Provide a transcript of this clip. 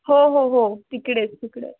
हो हो हो तिकडेच तिकडेच